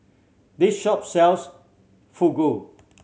this shop sells Fugu